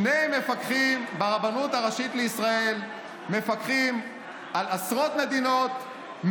שני מפקחים ברבנות הראשית לישראל מפקחים על עשרות מדינות,